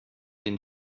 den